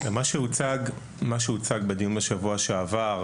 מה שהוצג בדיון בשבוע שעבר,